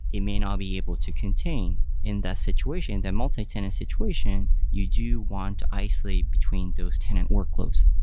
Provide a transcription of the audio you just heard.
it may not be able to contain in that situation, the multi-tenant situation, you do want isolate between those tenant workloads.